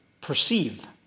perceive